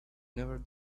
never